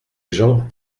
jean